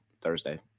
Thursday